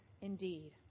indeed